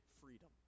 freedom